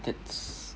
that's